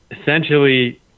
essentially